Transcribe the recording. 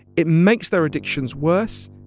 it makes their addictions worse.